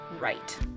right